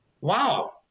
wow